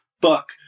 fuck